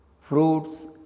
Fruits